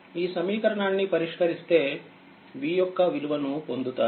ఈ సమీకరణాన్ని పరిష్కరిస్తే Vయొక్క విలువను పొందుతారు